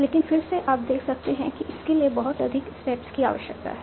लेकिन फिर से आप देख सकते हैं कि इसके लिए बहुत अधिक स्टेप्स की आवश्यकता है